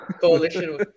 coalition